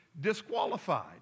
disqualified